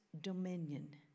dominion